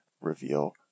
reveal